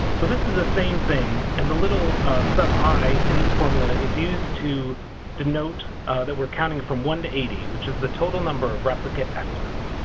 so this is the same thing. and the little sub i in this formula is used to denote that we're counting from one to eighty which is the total number of replicate estimates.